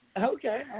Okay